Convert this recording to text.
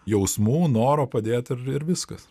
jausmų noro padėt ir ir viskas